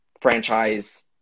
franchise